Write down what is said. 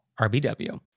RBW